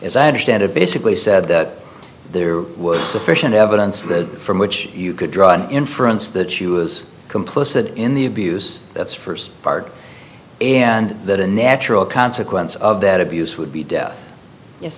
as i understand it basically said that there was sufficient evidence that from which you could draw an inference that she was complicit in the abuse that's first part and that a natural consequence of that abuse would be death yes